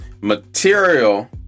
material